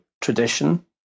tradition